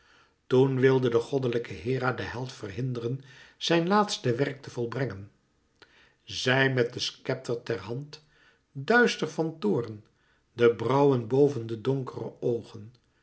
toen wilde de goddelijke hera den held verhinderen zijn laatste werk te volbrengen zij met den schepter ter hand duister van toorn de brauwen boven de donkere oogen